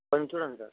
కొంచెం చూడండి సార్